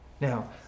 Now